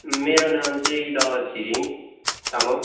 मेरो नाम चाहिँ दावा छिरिङ तामाङ